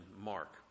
Mark